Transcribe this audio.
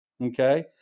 okay